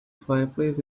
fireplace